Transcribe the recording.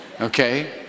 Okay